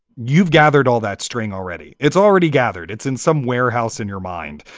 you've gathered all that string already. it's already gathered. it's in some warehouse in your mind.